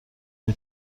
های